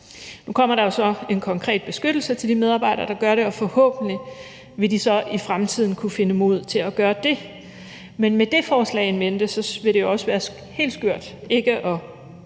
Nu kommer der jo så en konkret beskyttelse til de medarbejdere, og det gør forhåbentlig, at de så i fremtiden vil kunne finde modet til at gøre det. Men med det forslag in mente vil det jo også være helt skørt ikke at